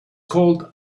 called